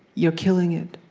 you're killing it.